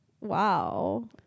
wow